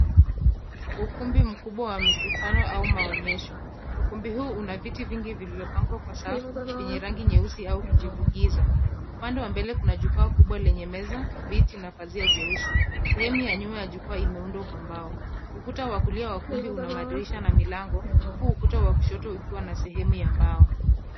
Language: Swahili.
Ukumbi mkubwa wa mikutano au maonyesho. Ukumbi huu una viti vingi viliopangwa kwa safu vyenye rangi nyeusi au kijivu giza. Upande wa mbele kuna jukwaa kubwa lenye meza, viti na pazia jeusi. Sehemu ya nyuma ya jukwaa imeundwa kwa mbao. Ukuta wa kulia wa ukumbi una madirisha na mlango huku ukuta wa kushoto ikiwa na na sehemu ya mbao.